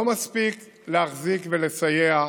לא מספיק להחזיק ולסייע,